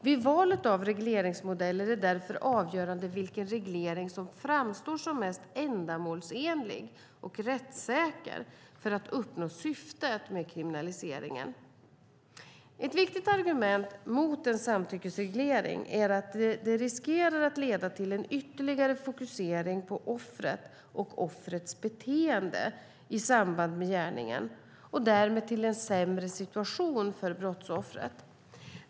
Vid valet av regleringsmodell är det därför avgörande vilken reglering som framstår som mest ändamålsenlig och rättssäker för att uppnå syftet med kriminaliseringen. Ett viktigt argument mot en samtyckesreglering är att den riskerar att leda till en ytterligare fokusering på offret och offrets beteende i samband med gärningen och därmed till en sämre situation för brottsoffret.